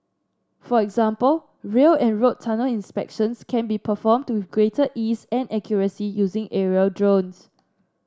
for example rail and road tunnel inspections can be performed with greater ease and accuracy using aerial drones